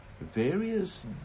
various